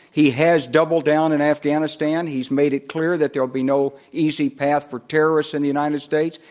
he has doubled down in afghanistan. he's made it clear that there will be no easy path for terrorists in the united states.